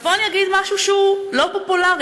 ופה אני אגיד משהו שהוא לא פופולרי: